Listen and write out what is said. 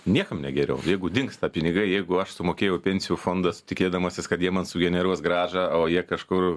niekam ne geriau jeigu dingsta pinigai jeigu aš sumokėjau pensijų fondas tikėdamasis kad jie man sugeneruos grąžą o jie kažkur